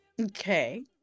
Okay